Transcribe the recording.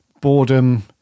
boredom